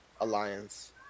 alliance